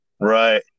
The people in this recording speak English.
Right